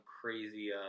crazy